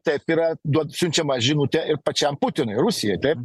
taip yra duot siunčiama žinutė ir pačiam putinui rusijai taip